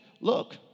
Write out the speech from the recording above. look